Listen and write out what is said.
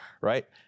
right